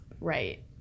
right